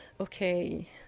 Okay